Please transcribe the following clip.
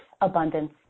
abundance